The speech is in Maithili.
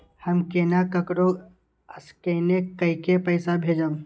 हम केना ककरो स्केने कैके पैसा भेजब?